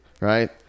right